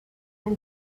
nel